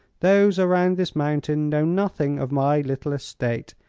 those around this mountain know nothing of my little estate,